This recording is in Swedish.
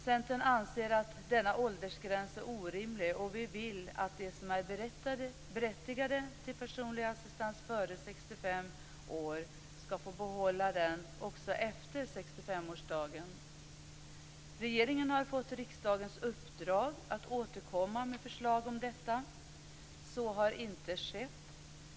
Centern anser att denna åldersgräns är orimlig. Vi vill att de som är berättigade till personlig assistans före 65 års ålder skall få behålla den också efter 65-årsdagen. Regeringen har fått riksdagens uppdrag att återkomma med förslag om detta. Så har inte skett.